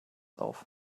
auf